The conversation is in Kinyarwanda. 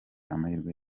amahirwe